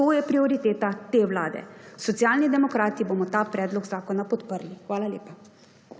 to je prioriteta te Vlade. Socialni demokrati bomo ta predlog zakona podprli. Hvala lepa.